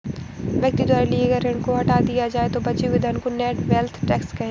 व्यक्ति द्वारा लिए गए ऋण को हटा दिया जाए तो बचे हुए धन को नेट वेल्थ टैक्स कहेंगे